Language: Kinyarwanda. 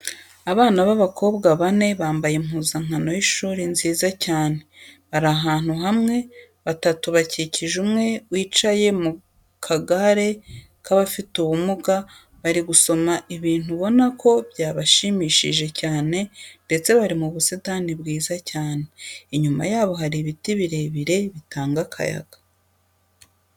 Abana b'abakobwa bane bambaye impuzankano y'ishuri nziza cyane, bari ahantu hamwe, batatu bakikije umwe wicaye mu kagare k'abafite ubumuga. Bari gusoma ibintu ubona ko byabashimishije cyane ndetse bari mu busitani bwiza cyane. Inyuma yabo hari ibiti birebire bitanga akayaga.